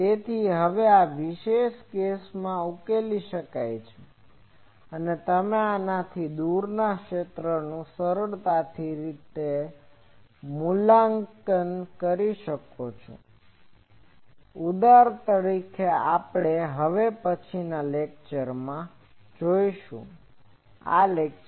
તેથી હવે આ વિશેષ કેસોમાં ઉકેલી શકાય છે અને તમે આનાથી દૂરના ક્ષેત્રોનું સરળતાથી મૂલ્યાંકન કરી શકો છો આ ઉદાહરણ આપણે હવે પછીનાં લેકચરમાં જોઈશું